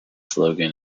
slogan